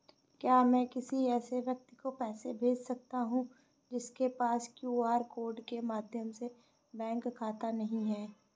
क्या मैं किसी ऐसे व्यक्ति को पैसे भेज सकता हूँ जिसके पास क्यू.आर कोड के माध्यम से बैंक खाता नहीं है?